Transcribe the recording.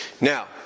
Now